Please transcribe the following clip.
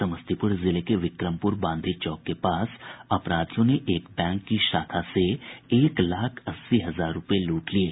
समस्तीपुर जिले के विक्रमपुर बांधे चौक के पास अपराधियों ने एक बैंक की शाखा से एक लाख अस्सी हजार रूपये लूट लिये